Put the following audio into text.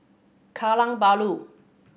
Kallang Bahru